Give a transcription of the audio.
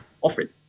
offered